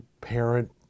parent